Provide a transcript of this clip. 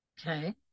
okay